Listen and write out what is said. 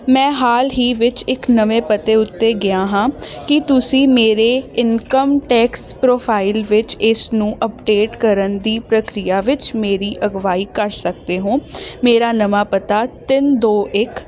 ਮੈਂ ਹਾਲ ਹੀ ਵਿੱਚ ਇੱਕ ਨਵੇਂ ਪਤੇ ਉੱਤੇ ਗਿਆ ਹਾਂ ਕੀ ਤੁਸੀਂ ਮੇਰੇ ਇਨਕਮ ਟੈਕਸ ਪ੍ਰੋਫਾਈਲ ਵਿੱਚ ਇਸ ਨੂੰ ਅਪਡੇਟ ਕਰਨ ਦੀ ਪ੍ਰਕਿਰਿਆ ਵਿੱਚ ਮੇਰੀ ਅਗਵਾਈ ਕਰ ਸਕਦੇ ਹੋ ਮੇਰਾ ਨਵਾਂ ਪਤਾ ਤਿੰਨ ਦੋ ਇੱਕ